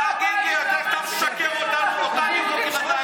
הוא עלה להר הבית ואמר,